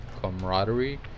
camaraderie